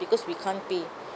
because we can't pay